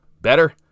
Better